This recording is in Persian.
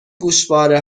گوشواره